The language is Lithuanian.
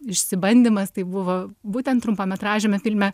išsibandymas tai buvo būtent trumpametražiame filme